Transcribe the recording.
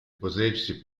potersi